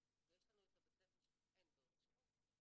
אין בכלל.